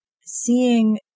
seeing